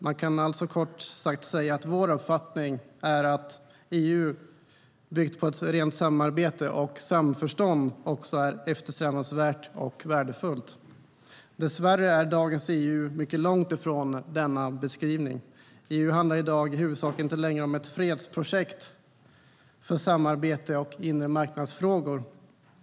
Man kan alltså kort sagt säga att vår uppfattning är att ett EU byggt på ett rent samarbete och samförstånd är eftersträvansvärt och värdefullt. Dess värre är dagens EU mycket långt ifrån denna beskrivning. EU handlar i dag i huvudsak inte längre om ett fredsprojekt för samarbete och inremarknadsfrågor.